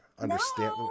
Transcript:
Understand